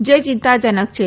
જે ચિંતાજનક છે